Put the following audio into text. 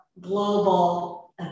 global